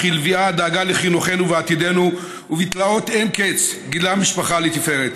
וכלביאה דאגה לחינוכנו ולעתידנו ובתלאות אין-קץ גידלה משפחה לתפארת.